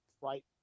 right